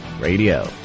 Radio